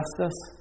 justice